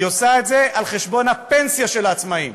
היא עושה את זה על חשבון הפנסיה של העצמאים.